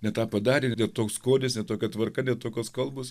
ne tą padarė ne toks skonis ne tokia tvarka ne tokios kalbos